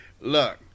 look